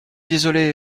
désolée